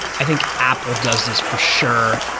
i think apple does this for sure.